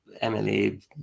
Emily